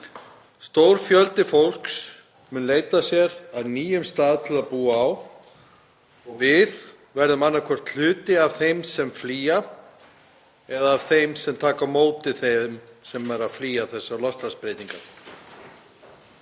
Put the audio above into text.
Stór fjöldi fólks mun leita sér að nýjum stað til að búa á og við verðum annaðhvort hluti af þeim sem flýja eða af þeim sem taka á móti þeim sem eru að flýja þessar loftslagsbreytingar.